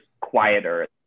quieter